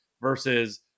versus